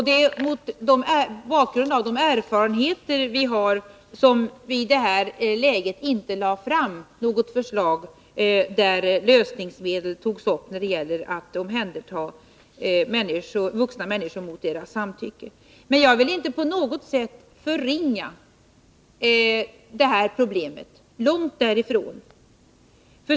Det är mot bakgrund av dessa erfarenheter som vi i detta läge inte har lagt fram något förslag där lösningsmedel tas upp när det gäller att omhänderta vuxna människor mot deras samtycke. Jag vill inte på något sätt förringa detta problem, långt därifrån.